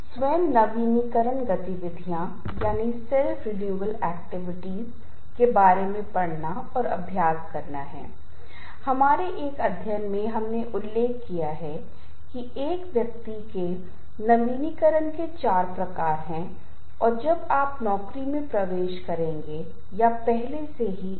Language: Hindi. इन्हें जीवन की घटनाएँ कहा जाता है तनावपूर्ण जीवन की घटनाएँ जैसे कि किसी करीबी रिश्तेदार की मृत्यु तलाक नौकरी का नुकसान लैंगिकता की कठिनाइयाँ कारावास परिवार की स्थितियों में बदलाव वित्तीय स्थितियों में बदलाव तनावपूर्ण स्थिति को संभालने की जिम्मेदारी नौकरी बदलना आदतों का बदलना जैसे धूम्रपान और शराब पीना सहकर्मियों या बॉस से परेशानी